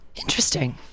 Interesting